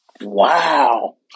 Wow